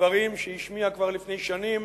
לדברים שהשמיע כבר לפני שנים,